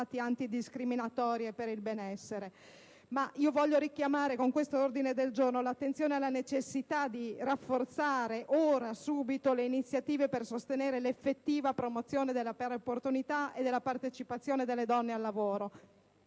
antidiscriminatori e per il benessere). Io voglio richiamare, con questo ordine del giorno, l'attenzione alla necessità di rafforzare, ora e subito, le iniziative per sostenere l'effettiva promozione delle pari opportunità e della partecipazione delle donne al lavoro.